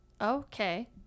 Okay